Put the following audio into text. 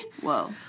Whoa